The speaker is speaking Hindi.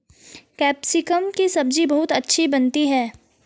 कैप्सिकम की सब्जी बहुत अच्छी बनती है